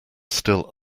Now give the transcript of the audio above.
still